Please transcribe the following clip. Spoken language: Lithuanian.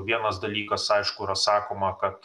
vienas dalykas aišku yra sakoma kad